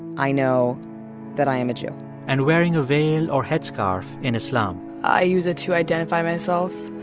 i know that i am a jew and wearing a veil or headscarf in islam i use it to identify myself.